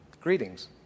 greetings